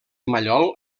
mallol